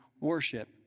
worship